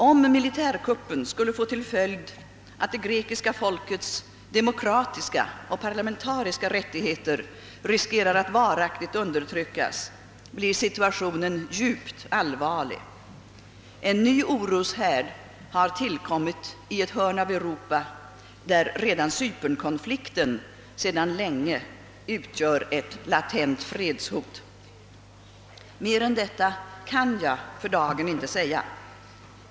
Om militärkuppen skulle få till följd att det grekiska folkets demokratiska och par lamentariska rättigheter riskerar att varaktigt undertryckas, blir situationen djupt allvarlig. En ny oroshärd har tillkommit i ett hörn av Europa, där redan cypernkonflikten sedan länge utgör ett latent fredshot. Mer än detta kan jag för dagen inte säga.